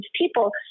people